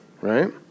Right